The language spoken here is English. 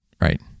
Right